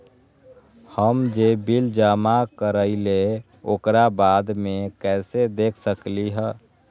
हम जे बिल जमा करईले ओकरा बाद में कैसे देख सकलि ह?